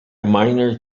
minor